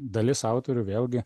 dalis autorių vėlgi